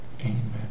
Amen